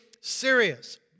serious